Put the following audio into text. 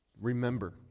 remember